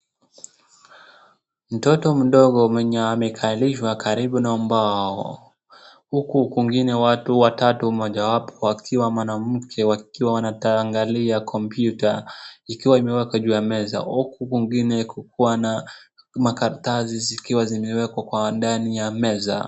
Mtoto mdogo mwenye amekalishwa karibu na ubao huku kwingine watu watatu mojawapo akiwa mwanamke wakiwa wanaangalia kompyuta ikiwa imewekwa juu ya meza. Huku kwingine kukiwa na makaratsi zikiwa zimewekwa kwa ndani ya meza.